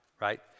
right